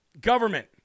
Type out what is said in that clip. government